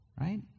right